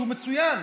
שהוא מצוין,